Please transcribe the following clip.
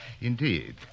indeed